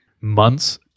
months